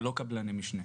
לא קבלני משנה,